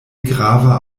grava